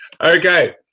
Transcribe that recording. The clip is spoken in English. Okay